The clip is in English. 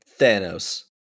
Thanos